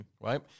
right